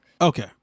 Okay